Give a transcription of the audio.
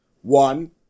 One